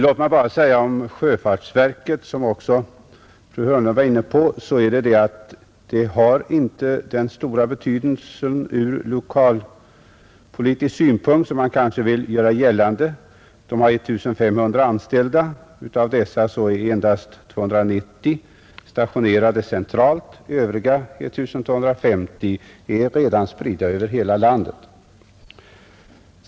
Låt mig säga om sjöfartsverket, som fru Hörnlund också varit inne på, att detta verk inte har den stora betydelse ur lokaliseringspolitisk synpunkt som man kanske vill göra gällande, Verket har 1 500 anställda. Av dessa är endast 290 anställda centralt — övriga ca 1 250 är redan spridda över hela landet.